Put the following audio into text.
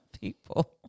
people